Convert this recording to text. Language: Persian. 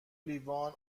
لیوان